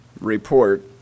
report